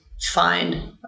find